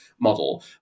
model